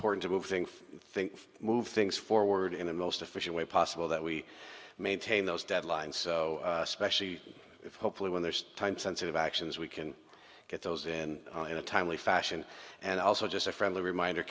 thing think move things forward in the most efficient way possible that we maintain those deadlines so especially if hopefully when there's time sensitive actions we can get those in in a timely fashion and also just a friendly reminder